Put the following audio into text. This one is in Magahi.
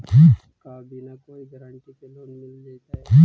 का बिना कोई गारंटी के लोन मिल जीईतै?